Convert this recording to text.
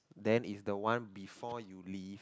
then is the one before you leave